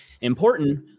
important